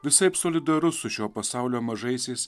visaip solidarus su šio pasaulio mažaisiais